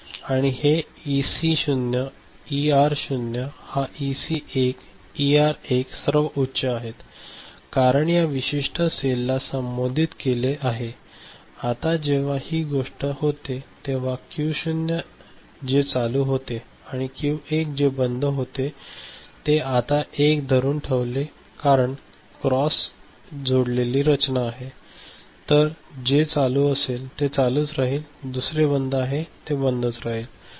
आणि हे इसी0 इआर0 हा इसी1 इआर1 सर्व उच्च आहेत कारण या विशिष्ट सेलला संबोधित केले आहे आता जेव्हा ही गोष्ट होते तेव्हा क्यू शून्य जे चालू होते आणि क्यू 1 जे बंद होते ते आता 1 धरून ठेवेल कारण ही क्रॉस जोडलेली रचना आहे तर जे चालू असेल ते चालूच राहील दुसरे बंद आहे ते बंदच राहील